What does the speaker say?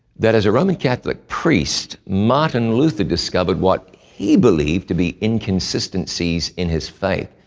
that as a roman catholic priest martin luther discovered what he believed to be inconsistencies in his faith.